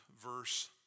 verse